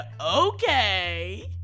Okay